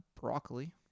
broccoli